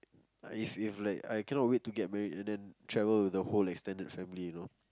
I if if like I cannot wait to get married and then travel with the whole extended family you know